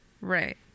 Right